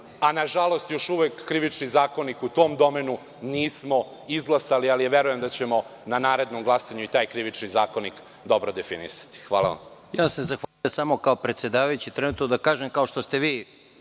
a nažalost, još uvek Krivični zakonik u tome domenu nismo izglasali, ali verujem da ćemo na narednom glasanju i taj Krivični zakonik dobro definisati. Hvala. **Žarko Korać** Hvala. Kao predsedavajući trenutno, da kažem, kao što ste vi